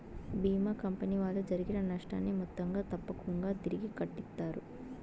భీమా company వాళ్ళు జరిగిన నష్టాన్ని మొత్తంగా తప్పకుంగా తిరిగి కట్టిత్తారు